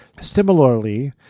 Similarly